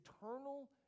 eternal